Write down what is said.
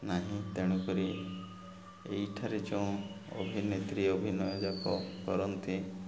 ନାହିଁ ତେଣୁକରି ଏଇଠାରେ ଯେଉଁ ଅଭିନେତ୍ରୀ ଅଭିନୟ କରନ୍ତି